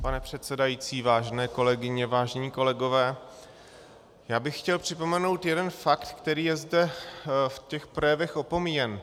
Pane předsedající, vážené kolegyně, vážení kolegové, já bych chtěl připomenout jeden fakt, který je zde v těch projevech opomíjen.